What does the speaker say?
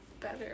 better